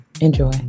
Enjoy